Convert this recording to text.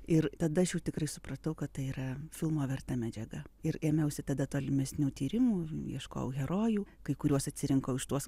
ir tada aš jau tikrai supratau kad tai yra filmo verta medžiaga ir ėmiausi tada tolimesnių tyrimų ieškojau herojų kai kuriuos atsirinkau iš tuos